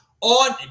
on